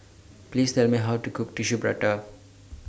Please Tell Me How to Cook Tissue Prata